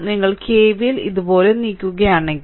നിങ്ങൾ കെവിഎൽ ഇതുപോലെ നീക്കുകയാണെങ്കിൽ